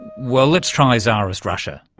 well, let's try czarist russia.